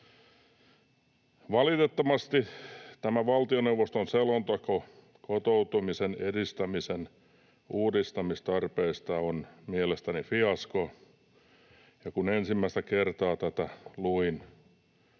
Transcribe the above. Valitettavasti tämä valtioneuvoston selonteko kotoutumisen edistämisen uudistamistarpeista on mielestäni fiasko. Kun ensimmäistä kertaa tätä luin,